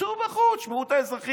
צאו החוצה, שמעו את האזרחים.